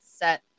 set